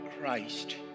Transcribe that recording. Christ